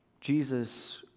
Jesus